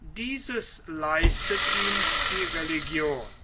dieses leistet ihm die religion